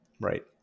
Right